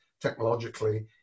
technologically